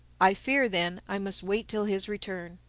i fear, then, i must wait till his return,